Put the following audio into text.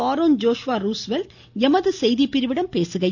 Aaron Joshua Roosevelt எமது செய்திப்பிரிவிடம் பேசுகையில்